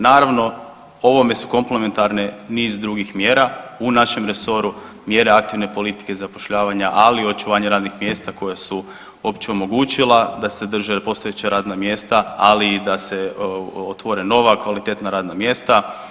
Naravno ovome su komplementarne niz drugih mjera u našem resoru, mjere aktivne politike zapošljavanja, ali i očuvanja radnih mjesta koja su uopće omogućila da se drže postojeća radna mjesta, ali i da se otvore nova kvalitetna radna mjesta.